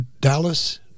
Dallas